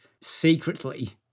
secretly